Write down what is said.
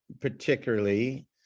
particularly